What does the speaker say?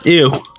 ew